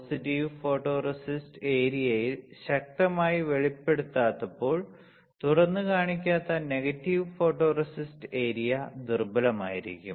positive photoresist ഏരിയയിൽ ശക്തമായി വെളിപ്പെടുത്താത്തപ്പോൾ തുറന്നുകാണിക്കാത്ത നെഗറ്റീവ് ഫോട്ടോറെസിസ്റ്റ് ഏരിയ ദുർബലമായിരിക്കും